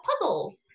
puzzles